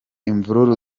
imvururu